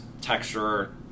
texture